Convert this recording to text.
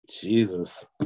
Jesus